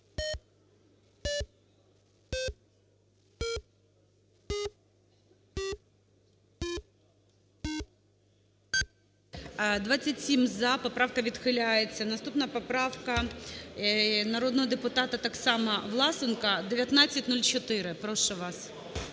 За-27 Поправка відхиляється. Наступна поправка народного депутата так само Власенка 1904. Прошу вас.